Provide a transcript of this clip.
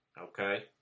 okay